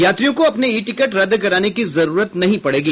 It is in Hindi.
यात्रियों को अपने ई टिकट रद्द कराने की जरूरत नहीं पड़ेगी